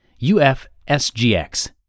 UFSGX